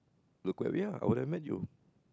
look where we are I would'nt have met you